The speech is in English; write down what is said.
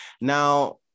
now